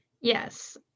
Yes